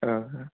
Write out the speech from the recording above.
औ